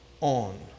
on